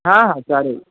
हां हां चालेल